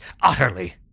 Utterly